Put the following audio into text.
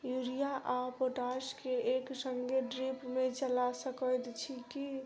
Urea आ potash केँ एक संगे ड्रिप मे चला सकैत छी की?